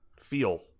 feel